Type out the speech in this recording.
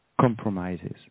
compromises